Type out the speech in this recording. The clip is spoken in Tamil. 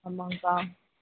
ஆமாங்கக்கா